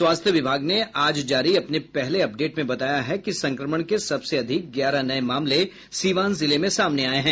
स्वास्थ्य विभाग ने आज जारी अपने पहले अपडेट में बताया है कि संक्रमण के सबसे अधिक ग्यारह नये मामले सीवान जिले में सामने आये हैं